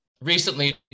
recently